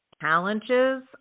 challenges